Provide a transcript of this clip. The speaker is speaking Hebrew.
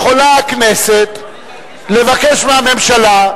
יכולה הכנסת לבקש מהממשלה,